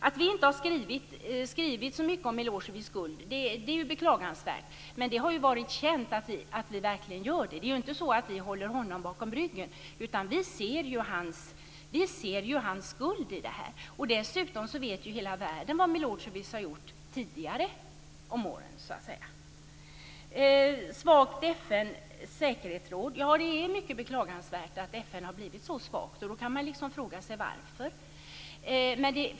Att vi inte har skrivit så mycket om Milosevics skuld är ju beklagansvärt, men det har varit känt att vi verkligen ser att han har en skuld. Det är inte så att vi håller honom bakom ryggen, utan vi ser hans skuld i det här sammanhanget. Dessutom vet hela världen vad Milosevic har gjort under tidigare år. Det är mycket beklagansvärt att FN har blivit så svagt, och man kan fråga sig varför.